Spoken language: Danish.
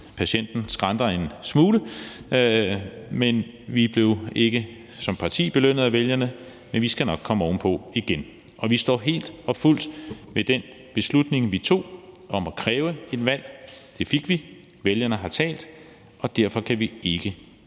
patienten skranter en smule, og vi blev ikke som parti belønnet af vælgerne. Men vi skal nok komme ovenpå igen, og vi står helt og fuldt ved den beslutning, vi tog, om at kræve et valg. Det fik vi, vælgerne har talt, og derfor kan vi ikke